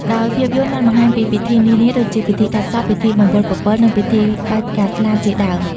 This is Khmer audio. ដោយភាពយន្តបានបង្ហាញពីពិធីនានាដូចជា ពិធីកាត់សក់ ពិធីបង្វិលពពិល និងពិធីបាចផ្កាស្លា ជាដើម។